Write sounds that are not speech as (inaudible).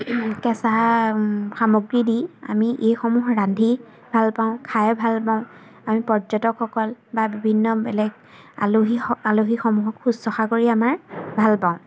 কেঁচা সামগ্ৰী দি আমি এইসমূহ ৰান্ধি ভালপাওঁ খাই ভালপাওঁ আমি পৰ্যটকসকল বা বিভিন্ন বেলেগ আলহী (unintelligible) আলহীসমূহক শুশ্ৰূষা কৰি আমাৰ ভালপাওঁ